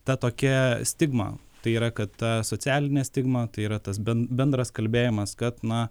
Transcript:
ta tokia stigma tai yra kad ta socialinė stigma tai yra tas ben bendras kalbėjimas kad na